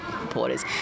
reporters